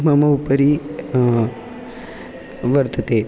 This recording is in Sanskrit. मम उपरि वर्तते